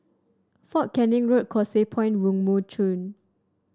Fort Canning Road Causeway Point Woo Mon Chew